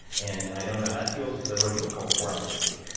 and i know how that feels because i wrote a book called the four hour workweek.